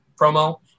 promo